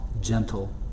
gentle